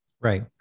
Right